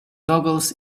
goggles